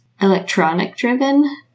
electronic-driven